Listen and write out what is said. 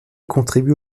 contribuent